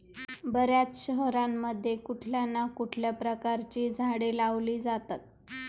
बर्याच शहरांमध्ये कुठल्या ना कुठल्या प्रकारची झाडे लावली जातात